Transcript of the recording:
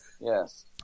Yes